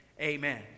Amen